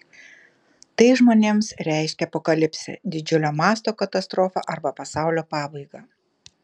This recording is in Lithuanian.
tai žmonėms reiškia apokalipsę didžiulio mąsto katastrofą arba pasaulio pabaigą